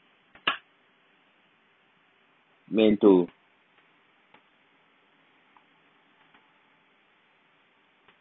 domain two